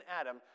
Adam